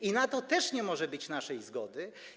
I na to też nie może być naszej zgody.